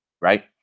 right